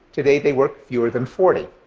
today, they work fewer than forty.